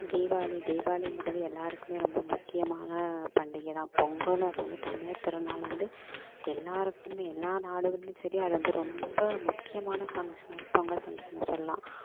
தீபாபளி தீபாளிங்கிறது எல்லாருக்கும் ரொம்ப முக்கியமான பண்டிகை தான் பொங்கல் அது வந்து தமிழர் திருநாள் வந்து எல்லாருக்கும் எல்லா நாடுகளிலும் சரி அது வந்து ரொம்ப முக்கியமான ஃபங்க்ஷன் பொங்கல் ஃபங்க்ஷன்னை சொல்லலாம்